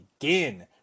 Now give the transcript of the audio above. begin